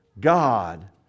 god